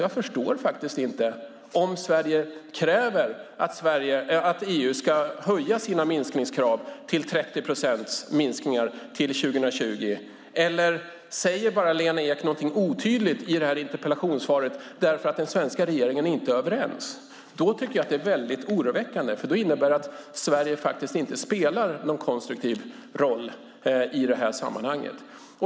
Jag förstår faktiskt inte om Sverige kräver att EU ska höja sina minskningskrav till 30 procent till 2020. Eller säger Lena Ek någonting otydligt i det här interpellationssvaret bara för att man inte är överens i den svenska regeringen? Då tycker jag att det är oroväckande, för då innebär det att Sverige faktiskt inte spelar någon konstruktiv roll i det här sammanhanget.